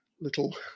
little